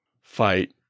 fight